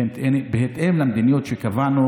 בהתאם למדיניות שקבענו,